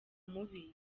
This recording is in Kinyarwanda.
mubi